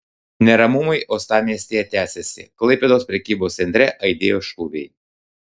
neramumai uostamiestyje tęsiasi klaipėdos prekybos centre aidėjo šūviai